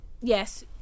yes